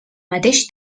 mateix